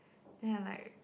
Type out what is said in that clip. they're like